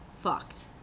Fucked